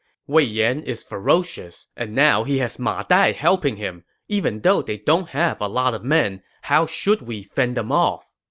wei yan is ferocious, and now he has ma dai helping him. even though they don't have a lot of men, how should we fend them off?